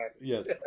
Yes